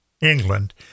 England